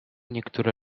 niektóre